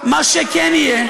מה שכן יהיה,